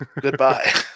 Goodbye